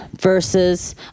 versus